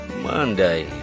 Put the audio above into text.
Monday